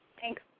Thanks